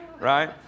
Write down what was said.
right